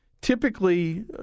typically—